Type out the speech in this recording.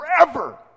forever